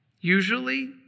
Usually